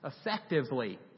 Effectively